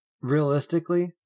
Realistically